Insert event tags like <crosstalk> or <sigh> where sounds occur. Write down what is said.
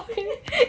<laughs>